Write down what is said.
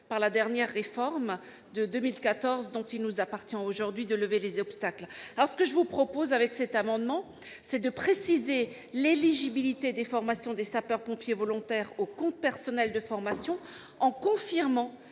par la dernière réforme de 2014, dont il nous appartient aujourd'hui de lever les obstacles. Cet amendement vise à préciser l'éligibilité des formations des sapeurs-pompiers volontaires au compte personnel de formation en confirmant